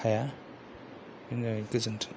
हाया गोजोनथों